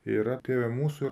yra tėve mūsų